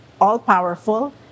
all-powerful